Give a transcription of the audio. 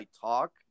talk